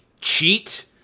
cheat